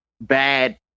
bad